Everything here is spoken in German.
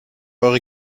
eure